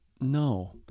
No